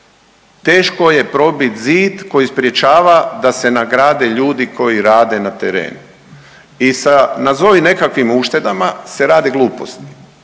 Teško je probit zid koji sprječava da se nagrade ljudi koji rade na terenu. I sa nazovi nekakvim uštedama se rade gluposti.